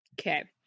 Okay